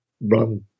run